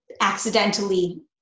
accidentally